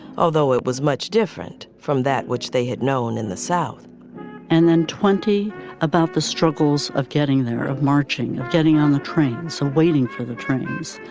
although it was much different from that which they had known in the south and then twenty about the struggles of getting their marching, of getting on the train. some waiting for the trains,